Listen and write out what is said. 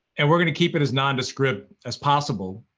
and we're going to keep it as non-descript as possible.